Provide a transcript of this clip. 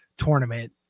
tournament